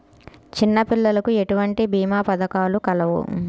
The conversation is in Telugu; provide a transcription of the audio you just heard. చిన్నపిల్లలకు ఎటువంటి భీమా పథకాలు కలవు?